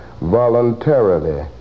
voluntarily